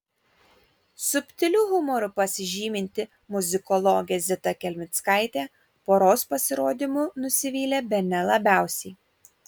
subtiliu humoru pasižyminti muzikologė zita kelmickaitė poros pasirodymu nusivylė bene labiausiai